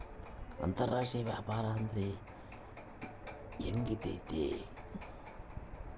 ಅಂತರಾಷ್ಟ್ರೇಯ ವ್ಯಾಪಾರ ಅಂದ್ರೆ ಹೆಂಗಿರ್ತೈತಿ?